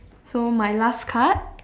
so my last card